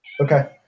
Okay